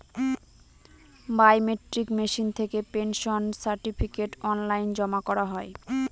biometric machine থেকে pension certificate online জমা করা হয়